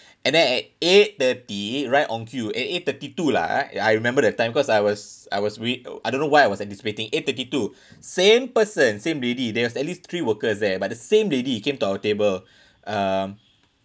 and then at eight thirty right on cue at eight thirty two lah ah I remember the time cause I was I was re~ I don't know why I was anticipating eight thirty two same person same lady there was at least three workers there but the same lady came to our table um